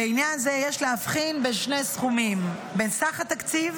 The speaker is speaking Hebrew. "לעניין זה יש להבחין בין שני סכומים: בין סך התקציב"